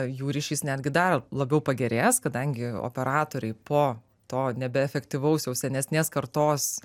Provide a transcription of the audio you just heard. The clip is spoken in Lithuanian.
jų ryšys netgi dar labiau pagerės kadangi operatoriai po to nebeefektyvaus jau senesnės kartos